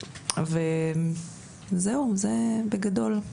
וזהו, זה בגדול.